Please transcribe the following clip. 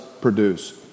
produce